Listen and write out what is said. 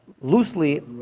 loosely